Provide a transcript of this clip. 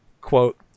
Quote